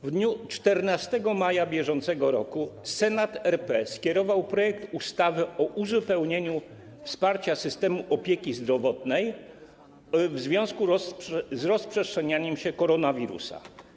W dniu 14 maja br. Senat RP skierował projekt ustawy o uzupełnieniu wsparcia systemu opieki zdrowotnej w związku z rozprzestrzenianiem się koronawirusa.